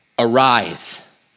Arise